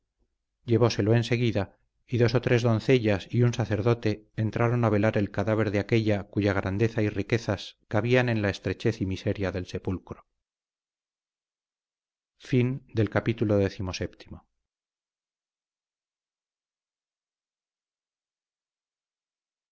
llevóselo enseguida y dos o tres doncellas y un sacerdote entraron a velar el cadáver de aquella cuya grandeza y riquezas cabían en la estrechez y miseria del sepulcro